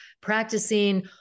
practicing